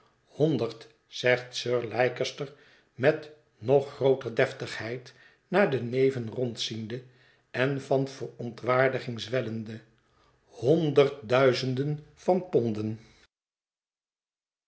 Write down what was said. honderd zegt sir leicester met nog grooter deftigheid naar de neven rondziende en van verontwaardiging zwellende honderd duizenden van ponden